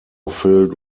filled